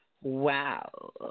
Wow